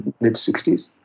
mid-60s